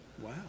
Wow